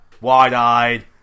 Wide-eyed